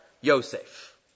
Yosef